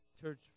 church